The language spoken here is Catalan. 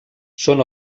són